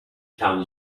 kan